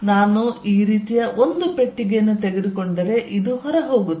ನಾನು ಈ ರೀತಿಯ ಒಂದು ಪೆಟ್ಟಿಗೆಯನ್ನು ತೆಗೆದುಕೊಂಡರೆ ಇದು ಹೊರ ಹೋಗುತ್ತಿದೆ